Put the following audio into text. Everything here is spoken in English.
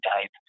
type